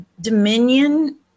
dominion